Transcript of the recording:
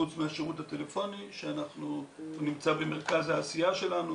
חוץ מהשירות הטלפוני שהוא נמצא במרכז העשייה שלנו.